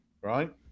right